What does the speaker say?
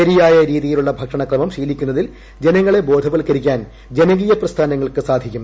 ശരിയായ രീതിയുള്ള ഭക്ഷണക്രമം ശീലിക്കുന്നതിൽ ജനങ്ങളെ ബോധവത്കരിക്കാൻ ജന്നകീയ് പ്രസ്ഥാനങ്ങൾക്ക് സാധിക്കും